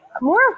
More